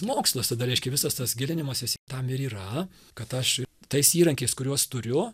mokslas tada reiškia visas tas gilinimasis tam ir yra kad aš tais įrankiais kuriuos turiu